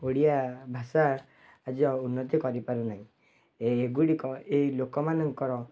ଓଡ଼ିଆ ଭାଷା ଆଜି ଆଉ ଉନ୍ନତି କରିପାରୁନାହିଁ ଏଗୁଡ଼ିକ ଏଇ ଲୋକମାନଙ୍କର